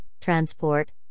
transport